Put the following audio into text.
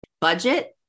Budget